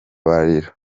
bararira